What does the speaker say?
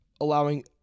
allowing